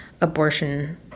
abortion